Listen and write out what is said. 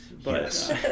Yes